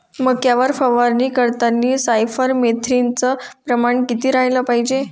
मक्यावर फवारनी करतांनी सायफर मेथ्रीनचं प्रमान किती रायलं पायजे?